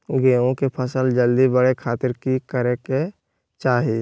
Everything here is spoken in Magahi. गेहूं के फसल जल्दी बड़े खातिर की करे के चाही?